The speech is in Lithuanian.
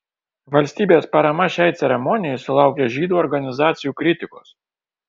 valstybės parama šiai ceremonijai sulaukė žydų organizacijų kritikos